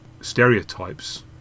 stereotypes